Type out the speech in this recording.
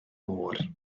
môr